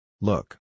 Look